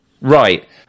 right